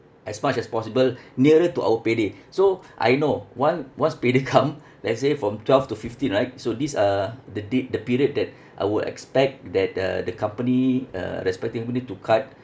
as much as possible nearer to our payday so I know one once payday come let's say from twelfth to fifteenth right so these are the date the period that I would expect that uh the company uh respectively to cut